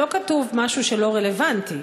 לא כתוב משהו שהוא לא רלוונטי.